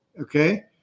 Okay